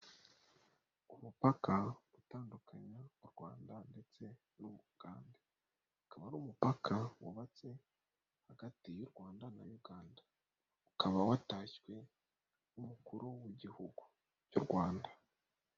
Ku mupaka utandukanya u rwanda ndetse n'u bugande. Akaba ari umupaka wubatse hagati y'u Rwanda na uganda. Ukaba watashywe n'umukuru w'igihugu cy'u Rwanda.